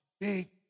big